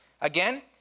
again